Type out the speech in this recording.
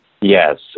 Yes